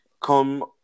come